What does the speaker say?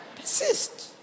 Persist